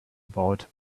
about